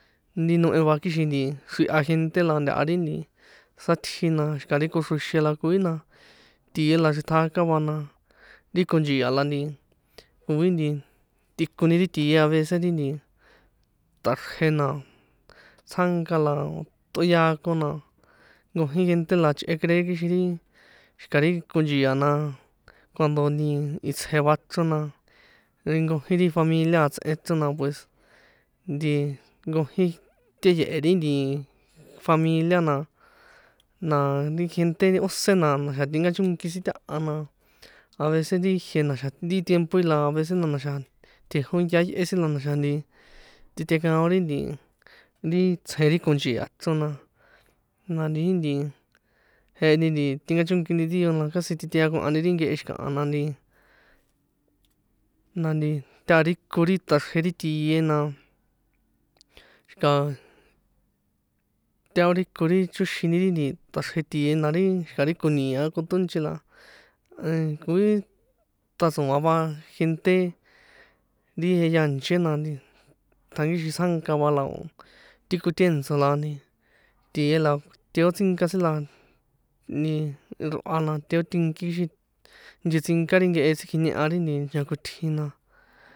Ri nohe va kixin nti xriha gente la ntaha ri nti sátji, na xi̱ka̱ ri koxroxe la koi na tie la xriṭjaka va, na ri konchi̱a la nti koi nti tꞌikoni ri tie avece ri nti tꞌaxrje na, tsjánka la o̱ tꞌoyakon, na nkojín gente la chꞌe creer kixin ri xi̱ka̱ ri konchi̱a na cuando nti itsje va chrona, nkojín ri familia a tsꞌen chrona pues nti nkojín tꞌiyehe ri familia, na, na ri gente óse na na̱xa̱ tinkachóki sin taha na avece ri jie na̱xa̱ ri tiempo í la avece na, na̱xa̱ tjejó yaá yꞌé la na̱xa̱ nti titekaon ri nti ri tsje ri konchi̱a chrona, na ri nti jeheni nti tinkachónkini díos na casi titeakohani ri nkehe xi̱kaha, na nti, na nti taha ri ko ri taxrje ri tie, na xi̱ka̱ tahó ri ko ri choxini ri nti taxrje tie, na ri xi̱ka ri koni̱a̱ a, kotóchi la koi tatso̱an va gente ri jehya nche, na nti ṭjankíxin tsjánka va la o̱ ti kotèntso̱ la nti tie la teotsínka sin la nti irꞌua na teotinki ixí nchetsínka ri nkehe tsikjiñehan rin cha̱kotjin na.